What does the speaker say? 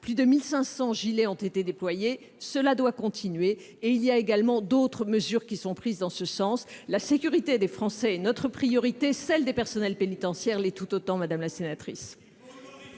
Plus de 1 500 gilets ont été déployés, et ce n'est pas terminé. D'autres mesures sont également prises dans ce sens. La sécurité des Français est notre priorité ; celle des personnels pénitentiaires l'est tout autant, madame la sénatrice.